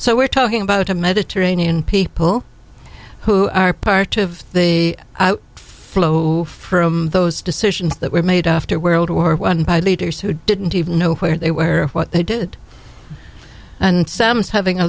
so we're talking about a mediterranean people who are part of the flow from those decisions that were made after world war one by leaders who didn't even know where they were what they did and sam's having a